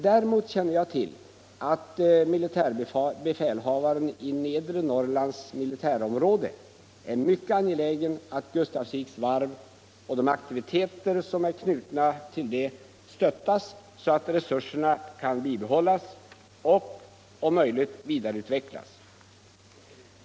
Däremot känner jag till att militärbefälhavaren i Nedre Norrlands militärområde är mycket angelägen om att Gustafsviks varv och de aktiviteter som är knutna till detta stöttas så att resurserna kan bibehållas och om möjligt vidareutvecklas.